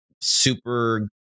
super